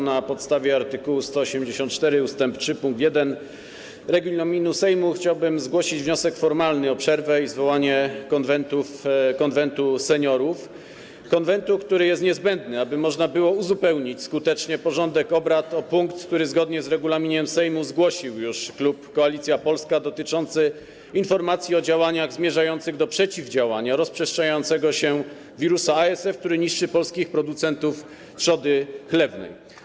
Na podstawie art. 184 ust. 3 pkt 1 regulaminu Sejmu chciałbym zgłosić wniosek formalny o przerwę i zwołanie Konwentu Seniorów - Konwentu, który jest niezbędny, aby można było skutecznie uzupełnić porządek obrad o punkt, który zgodnie z regulaminem Sejmu zgłosił już klub Koalicja Polska, dotyczący informacji o działaniach zmierzających do przeciwdziałania rozprzestrzeniającemu się wirusowi ASF, który niszczy polskich producentów trzody chlewnej.